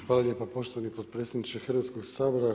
Hvala lijepa poštovani potpredsjedniče Hrvatskog sabora.